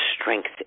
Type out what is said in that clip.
strength